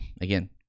again